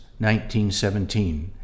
1917